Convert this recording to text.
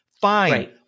fine